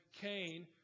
Cain